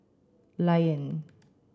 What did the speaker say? lion